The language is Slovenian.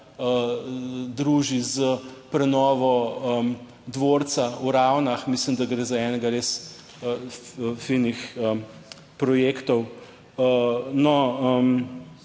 druži s prenovo dvorca v Ravnah. Mislim, da gre za enega res finih projektov. No